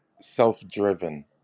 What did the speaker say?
self-driven